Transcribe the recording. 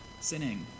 sinning